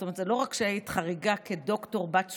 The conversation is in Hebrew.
זאת אומרת, זה לא רק שהיית חריגה כדוקטור בת 30,